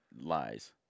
lies